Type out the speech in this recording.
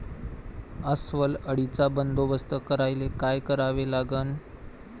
अस्वल अळीचा बंदोबस्त करायले काय करावे लागन?